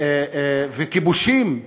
כיבושים,